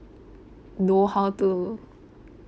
know how to